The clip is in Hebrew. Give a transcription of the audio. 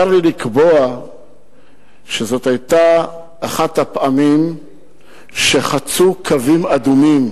צר לי לקבוע שזאת היתה אחת הפעמים שחצו קווים אדומים,